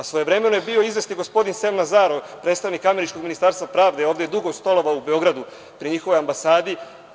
Svojevremeno je bio izvesni gospodin Sem Nazaro, predstavnik američkog Ministarstva pravde i ovde je dugo stolovao u Beogradu, pri njihovoj ambasadi.